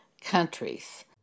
countries